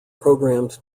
programmed